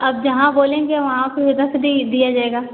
आप जहाँ बोलेंगे वहाँ पर वह रख दे दिया जाएगा